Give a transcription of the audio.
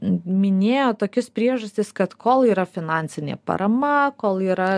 minėjo tokias priežastis kad kol yra finansinė parama kol yra